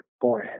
boy